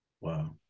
Wow